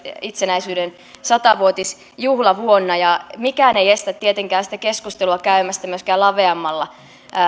itsenäisyyden sata vuotisjuhlavuonna mikään ei estä tietenkään sitä keskustelua käymästä myöskään laveammalla